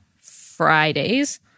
Fridays